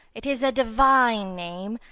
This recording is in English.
it is a divine name.